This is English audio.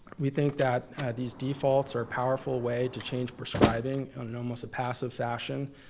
we think that these defaults are a powerful way to change prescribing and in almost a passive fashion.